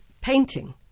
painting